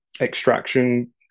extraction